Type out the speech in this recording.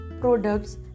products